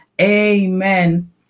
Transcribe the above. Amen